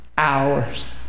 Hours